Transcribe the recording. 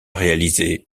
réalisé